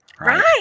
Right